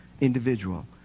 individual